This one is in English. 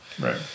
Right